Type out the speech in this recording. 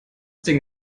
ding